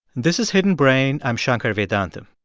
this is hidden brain. i'm shankar vedantam